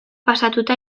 pasatuta